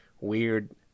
weird